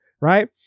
right